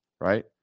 right